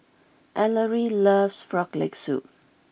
Ellery loves Frog Leg Soup